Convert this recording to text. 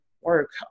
work